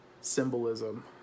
symbolism